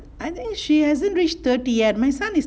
I think she hasn't reached thirty yet my son is